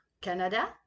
Canada